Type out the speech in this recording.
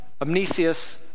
Amnesius